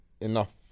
enough